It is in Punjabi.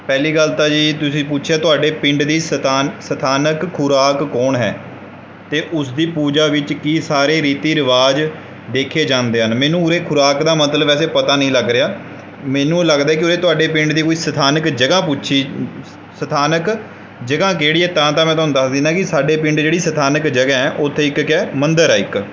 ਪਹਿਲੀ ਗੱਲ ਤਾਂ ਜੀ ਤੁਸੀਂ ਪੁੱਛਿਆ ਤੁਹਾਡੇ ਪਿੰਡ ਦੀ ਸਤਾਨ ਸਥਾਨਕ ਖੁਰਾਕ ਕੌਣ ਹੈ ਅਤੇ ਉਸਦੀ ਪੂਜਾ ਵਿੱਚ ਕੀ ਸਾਰੇ ਰੀਤੀ ਰਿਵਾਜ਼ ਦੇਖੇ ਜਾਂਦੇ ਹਨ ਮੈਨੂੰ ਉਰੇ ਖੁਰਾਕ ਦਾ ਮਤਲਬ ਵੈਸੇ ਪਤਾ ਨਹੀਂ ਲੱਗ ਰਿਹਾ ਮੈਨੂੰ ਲੱਗਦਾ ਕਿ ਉਰੇ ਤੁਹਾਡੇ ਪਿੰਡ ਦੀ ਕੋਈ ਸਥਾਨਕ ਜਗ੍ਹਾ ਪੁੱਛੀ ਸਥਾਨਕ ਜਗ੍ਹਾ ਕਿਹੜੀ ਹੈ ਤਾਂ ਤਾਂ ਮੈਂ ਤੁਹਾਨੂੰ ਦੱਸ ਦਿੰਦਾ ਕਿ ਸਾਡੇ ਪਿੰਡ ਜਿਹੜੀ ਸਥਾਨਕ ਜਗ੍ਹਾ ਹੈ ਉੱਥੇ ਇੱਕ ਕਿਆ ਹੈ ਮੰਦਰ ਹੈ ਇੱਕ